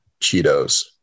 Cheetos